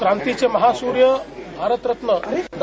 क्रांतीचे महासूर्य भारतरत्न डॉ